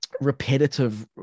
repetitive